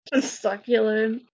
Succulent